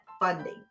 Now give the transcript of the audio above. funding